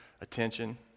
attention